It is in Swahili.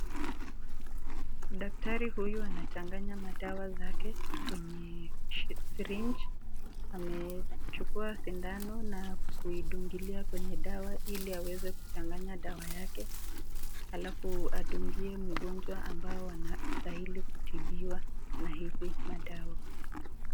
Daktari huyu anachanganya madawa zake kwenye sireji ,amechukua sidano na kuidungilia kwenye dawa ili aweze kuchanganya dawa yake ili alafu adungie mgonjwa ambao anastahili kutibiwa na hizi madawa.